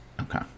Okay